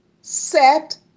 set